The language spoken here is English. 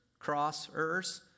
Crossers